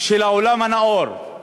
של העולם הנאור.